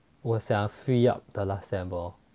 我想 free up the last sem lor